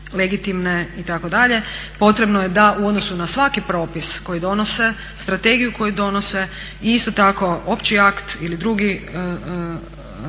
legitimne itd., potrebno je da u odnosu na svaki propis koji donose, strategiju koju donose i isto tako opći akt ili drugi